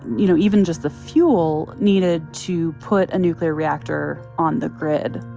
you know, even just the fuel needed to put a nuclear reactor on the grid,